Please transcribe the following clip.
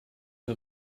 der